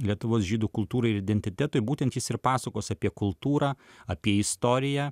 lietuvos žydų kultūrai ir identitetui būtent jis ir pasakos apie kultūrą apie istoriją